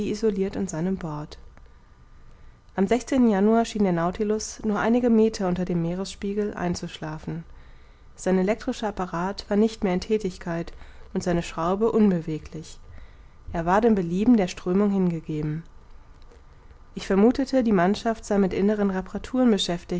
an seinem bord am januar schien der nautilus nur einige meter unter dem meeresspiegel einzuschlafen sein elektrischer apparat war nicht mehr in thätigkeit und seine schraube unbeweglich er war dem belieben der strömung hingegeben ich vermuthete die mannschaft sei mit inneren